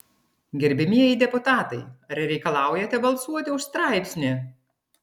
gerbiamieji deputatai ar reikalaujate balsuoti už straipsnį